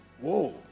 Whoa